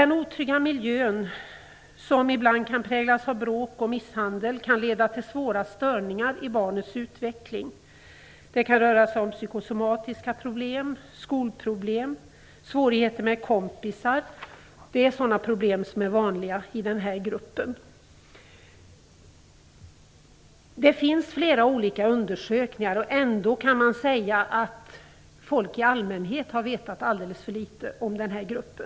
Den otrygga miljön, som ibland kan präglas av bråk och misshandel, kan leda till svåra störningar i barnets utveckling. Det kan röra sig om psykosomatiska problem, skolproblem och svårigheter med kompisar; sådana problem är vanliga i denna grupp. Det finns många olika undersökningar gjorda. Ändå kan man säga att folk i allmänhet har vetat alldeles för litet om denna grupp.